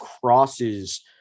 crosses